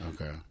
Okay